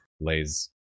lays